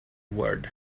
word